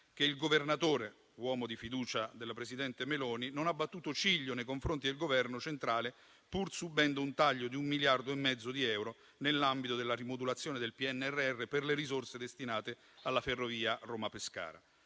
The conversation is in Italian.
che il Governatore, uomo di fiducia del presidente Meloni, non ha battuto ciglio nei confronti del Governo centrale, pur subendo un taglio di un miliardo e mezzo di euro nell'ambito della rimodulazione del PNRR per le risorse destinate alla ferrovia Roma-Pescara.